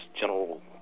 general